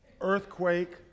earthquake